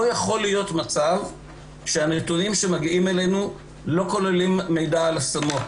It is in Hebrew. לא יכול להיות שהנתונים שמגיעים אלינו לא כוללים מידע על השמות.